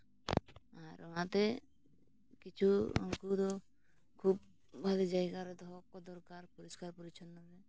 ᱟᱨ ᱚᱱᱟᱛᱮ ᱠᱤᱪᱷᱩ ᱩᱱᱠᱩ ᱫᱚ ᱠᱷᱩᱵᱽ ᱵᱷᱟᱹᱜᱤ ᱡᱟᱭᱜᱟ ᱨᱮ ᱫᱚᱦᱚ ᱠᱚ ᱫᱚᱨᱠᱟᱨ ᱯᱚᱨᱤᱥᱠᱟᱨ ᱯᱚᱨᱤᱪᱷᱚᱱᱱᱚ